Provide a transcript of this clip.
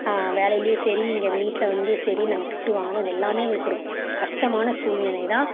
வேலைலேயும் சரி இங்கே வீட்டில் வந்தும் சரி நாங்கள் திட்டு வாங்கணும் இது எல்லாம் எங்களுக்கு ஒரு கஷ்டமான சூழ்நிலைதான்